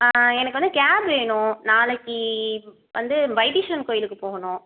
ஆ எனக்கு வந்து கேப் வேணும் நாளைக்கு வந்து வைத்தீஸ்வரன் கோயிலுக்கு போகணும்